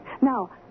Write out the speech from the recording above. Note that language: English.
Now